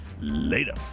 Later